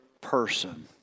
person